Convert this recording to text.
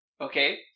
Okay